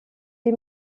die